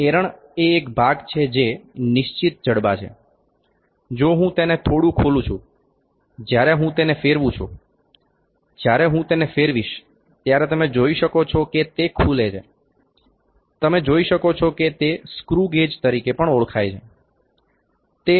એરણ એ એક ભાગ છે જે નિશ્ચિત જડબા છે જો હું તેને થોડું ખોલું છું જ્યારે હું તેને ફેરવું છું જ્યારે હું તેને ફેરવીશ ત્યારે તમે જોઈ શકો છો કે તે ખૂલે છે તમે જોઈ શકો છો કે તે સ્ક્રુ ગેજ તરીકે પણ ઓળખાય છે